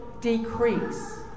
decrease